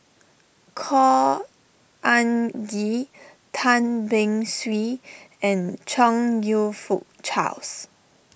Khor Ean Ghee Tan Beng Swee and Chong You Fook Charles